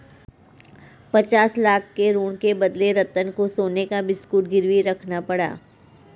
पचास लाख के ऋण के बदले रतन को सोने का बिस्कुट गिरवी रखना पड़ा